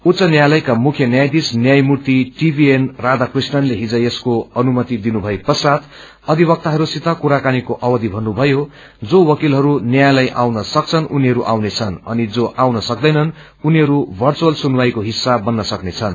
उच्च न्यायालयका मुख्य न्यायाधीश न्यायमूर्ति दीबीएन राधाकृष्णनले हिज यसको अनुपति दिनु भए पश्चात अधिवक्त्रहरूसित कुराकानीको अवधि भन्नुभयो जो वकिलहरू न्यायालय आउन सक्छन् उनीहरू आउनेछन् अनि जो आउन सक्दैनन् उनीहरू भर्च्यूल सुनवाईको हिस्सा बन्न सक्नेछन्